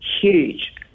huge